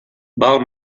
val